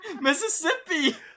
mississippi